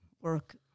work